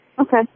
Okay